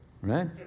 right